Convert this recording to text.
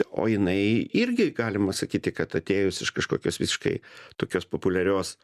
o jinai irgi galima sakyti kad atėjus iš kažkokios visiškai tokios populiarios